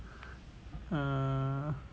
err what mods